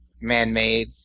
man-made